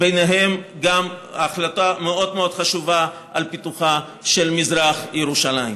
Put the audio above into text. וביניהן גם החלטה מאוד מאוד חשובה על פיתוחה של מזרח ירושלים.